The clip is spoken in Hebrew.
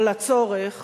על הצורך